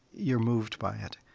you're moved by it.